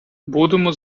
будемо